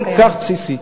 כל כך בסיסית,